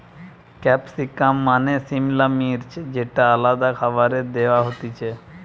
capsicum মানে সিমলা মির্চ যেটা আলাদা খাবারে দেয়া হতিছে